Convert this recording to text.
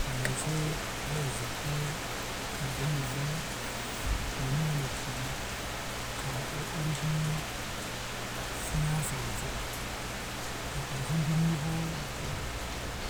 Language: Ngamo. ku menshe ayo zokko ko zoi minna muni managshi kam o`ori si siyasa wanse tokauso dinni ko